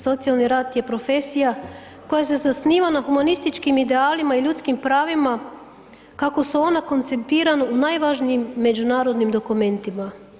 Socijalni rad je profesija koja se zasniva na humanističkim idealima i ljudskim pravima kako su ona konceptira u najvažnijim međunarodnim dokumentima.